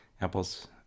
Apple's